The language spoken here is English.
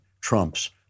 Trump's